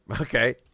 okay